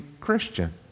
Christian